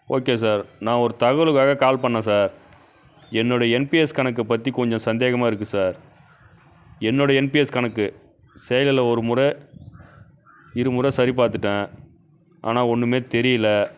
okay sir நான் ஒரு தகவலுக்காக கால் பண்ணிணேன் சார் என்னுடைய என்பிஎஸ் கணக்கு பற்றி கொஞ்சம் சந்தேகமாக இருக்குது சார் என்னுடைய என்பிஎஸ் கணக்கு சேகலில் ஒரு முறை இரு முறை சரி பார்த்துட்டேன் ஆனால் ஒன்றுமே தெரியலை